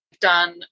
done